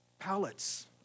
pallets